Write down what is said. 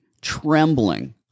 trembling